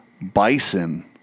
bison